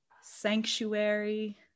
sanctuary